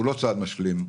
הוא לא צעד משלים,